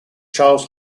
charles